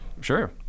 sure